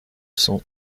cents